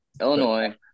illinois